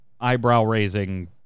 eyebrow-raising